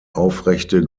aufrechte